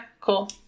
cool